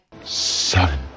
son